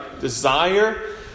desire